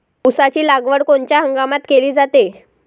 ऊसाची लागवड कोनच्या हंगामात केली जाते?